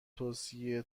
توصیه